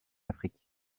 afrique